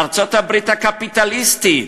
ארצות-הברית הקפיטליסטית,